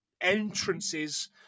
entrances